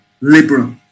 liberal